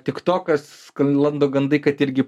tiktokas sklando gandai kad irgi